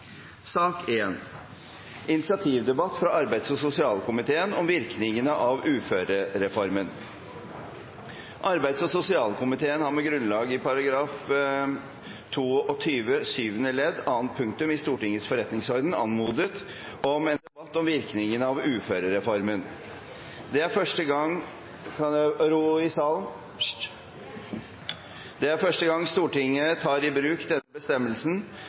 Arbeids- og sosialkomiteen har med grunnlag i § 22 syvende ledd annet punktum i Stortingets forretningsorden anmodet om en debatt om virkningen av uførereformen. Det er første gang Stortinget tar i bruk denne bestemmelsen som ble vedtatt våren 2013. Siktemålet med bestemmelsen er at fagkomiteene kan ta opp til debatt i